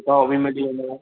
त उहो बि मिली वेंदव